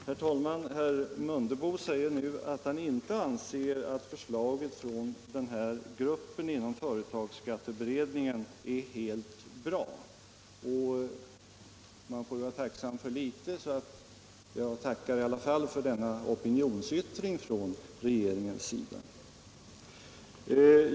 Herr talman! Herr Mundebo säger nu att han inte anser att förslaget från den här gruppen inom företagsskatteberedningen är helt bra. Man får väl vara tacksam för litet, så jag tackar i alla fall för denna opinionsyttring från regeringens sida.